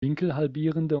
winkelhalbierende